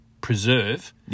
preserve